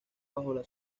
bajo